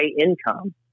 income